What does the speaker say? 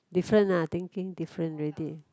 different lah thinking different already